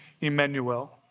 Emmanuel